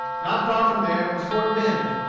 not far from there was fort mimms,